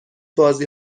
بازی